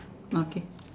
okay